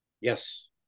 yes